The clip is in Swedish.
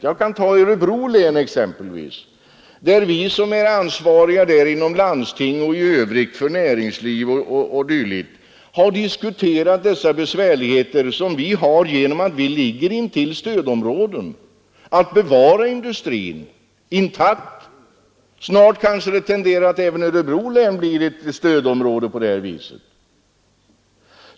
Jag kan ta Örebro län som exempel, där vi som är ansvariga inom landstinget, inom näringslivet o. d. har diskuterat de svårigheter som vi har, därför att vi ligger intill stödområdet, att bevara industrin intakt. Snart kanske även Örebro län tenderar att bli ett stödområde på det här viset.